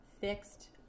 fixed